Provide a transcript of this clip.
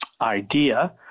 idea